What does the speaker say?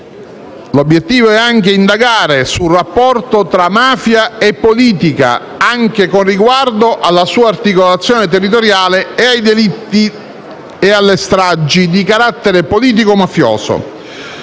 L'obiettivo è anche indagare sul rapporto tra mafia e politica, anche con riguardo alla sua articolazione territoriale, ai delitti e alle stragi di carattere politico mafioso.